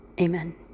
Amen